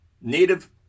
native